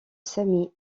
sami